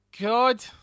God